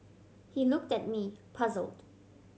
he looked at me puzzled